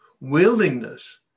Willingness